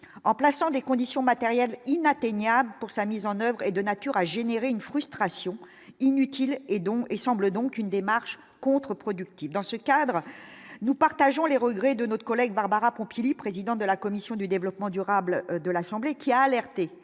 en plaçant des conditions matérielles inatteignable pour sa mise en oeuvre est de nature à générer une frustration inutile et donc il semble donc une démarche contreproductive dans ce cadre, nous partageons les regrets de notre collègue, Barbara Pompili, président de la commission du développement durable de l'Assemblée, qui a alerté